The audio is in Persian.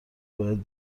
باید